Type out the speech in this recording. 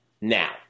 now